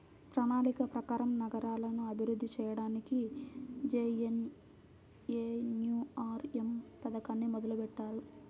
ప్రణాళిక ప్రకారం నగరాలను అభివృద్ధి చెయ్యడానికి జేఎన్ఎన్యూఆర్ఎమ్ పథకాన్ని మొదలుబెట్టారు